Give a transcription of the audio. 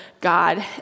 God